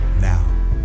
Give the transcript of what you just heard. now